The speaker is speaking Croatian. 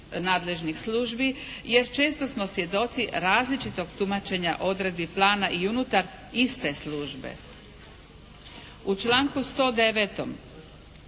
U članku 109.